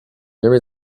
there